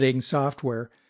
software